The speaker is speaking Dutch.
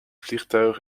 vliegtuig